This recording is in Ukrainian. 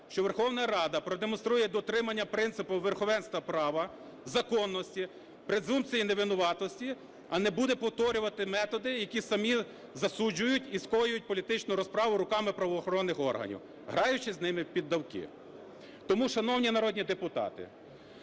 що Верховна Рада продемонструє дотримання принципу верховенства права, законності, презумпції невинуватості, а не буде повторювати методи, які самі засуджують і скоюють політичну розправу руками правоохоронних органів, граючись з ними в піддавки. Тому, шановні народні депутати,